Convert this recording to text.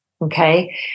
Okay